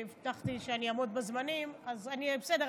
הבטחתי שאני אעמוד בזמנים, אז אני אהיה בסדר.